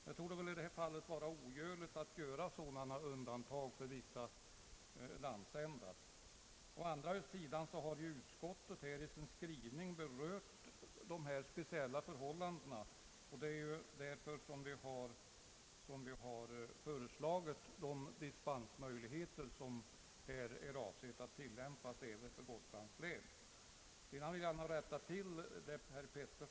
Det torde i detta fall vara omöjligt att göra sådana undantag för vissa landsändar. Utskottet har emellertid i sin skrivning berört dessa speciella förhållanden, och det är därför utskottet föreslagit de dispensmöjligheter som är avsedda att tillämpas även för Gotlands län. Slutligen vill jag korrigera herr Pettersson på en punkt.